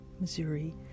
Missouri